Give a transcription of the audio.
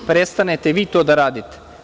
Prestanite vi to da radite.